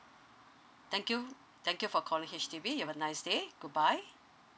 thank you mm thank you for calling h d we have a nice day bye bye